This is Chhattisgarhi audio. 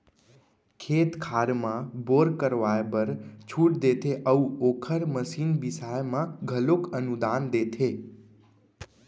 खेत खार म बोर करवाए बर छूट देते अउ ओखर मसीन बिसाए म घलोक अनुदान देथे